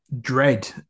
dread